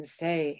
say